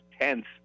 tense